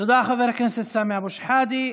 תודה, חבר הכנסת סמי אבו שחאדה.